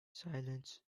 silence